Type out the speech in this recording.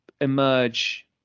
emerge